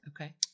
Okay